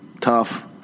tough